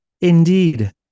indeed